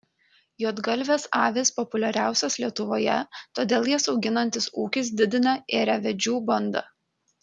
juodgalvės avys populiariausios lietuvoje todėl jas auginantis ūkis didina ėriavedžių bandą